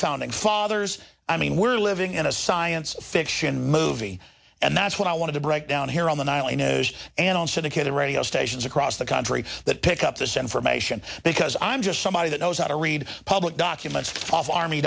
founding fathers i mean we're living in a science fiction movie and that's what i want to break down here on the nightly news and on syndicated radio stations across the country that pick up this information because i'm just somebody that knows how to read public documents army